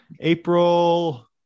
April